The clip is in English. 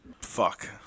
Fuck